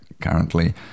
currently